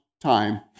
time